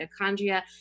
mitochondria